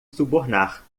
subornar